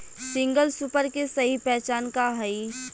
Single super के सही पहचान का हई?